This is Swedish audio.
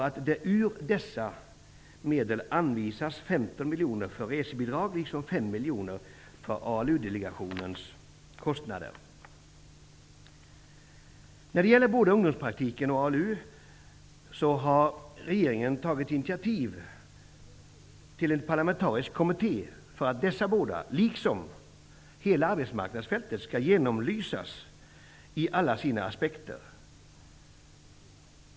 Av dessa medel bör 15 miljoner anvisas för resebidrag och 5 miljoner för ALU-delegationens kostnader. Regeringen har tagit initiativ till en parlamentarisk kommitté för att ungdomspraktiken och ALU liksom hela det arbetsmarknadspolitiska fältet skall genomlysas i alla sina aspekter.